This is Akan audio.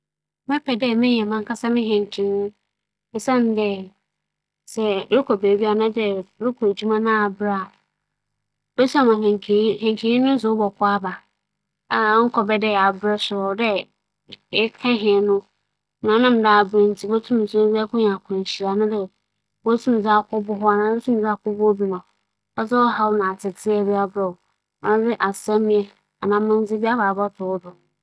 Mebɛpɛ dɛ mebenya m'ankasa me hɛnkafo kyɛn dɛ mebenya m'ankasa m'edziban noafo sinatsir nye dɛ, obi a ͻbͻnoa me edziban no, munnkotum m'aggye no edzi dɛ sɛ onya ͻtan bi ma me a obotum dze owu dur egu m'edziban mu ma meedzi ewu na mbom dze hɛn dze sɛ biribi rekesi a, metse mu bi ntsi ma obesi biara mubohu ma ͻrokͻ.